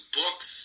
books